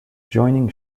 joining